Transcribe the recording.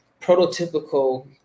prototypical